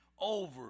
over